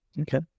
Okay